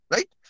Right